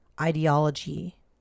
ideology